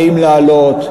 האם להעלות,